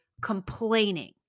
complaining